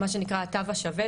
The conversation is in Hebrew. מה שנקרא התו השווה.